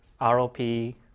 ROP